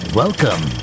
welcome